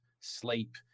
sleep